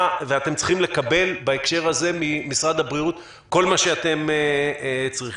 ואתם צריכים לקבל בהקשר זה ממשרד הבריאות כל מה שאתם צריכים.